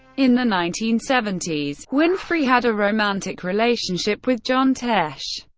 in the nineteen seventy s, winfrey had a romantic relationship with john tesh.